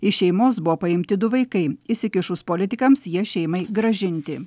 iš šeimos buvo paimti du vaikai įsikišus politikams jie šeimai grąžinti